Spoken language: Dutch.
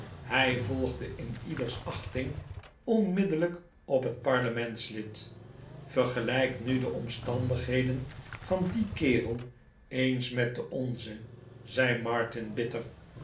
hij volgde in ieders achting onmiddellijk op het parlementslid vergelijk nu de omstandigheden van dien kerel eens met de onze zei martin bitter